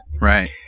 Right